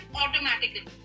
automatically